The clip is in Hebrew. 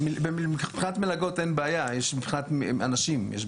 מבחינת מלגות אין בעיה, יש בעיה מבחינת אנשים.